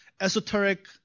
esoteric